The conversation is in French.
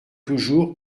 toujours